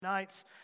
nights